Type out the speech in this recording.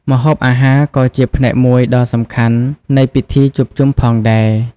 ម្ហូបអាហារក៏ជាផ្នែកមួយដ៏សំខាន់នៃពិធីជួបជុំផងដែរ។